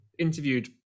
interviewed